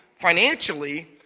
financially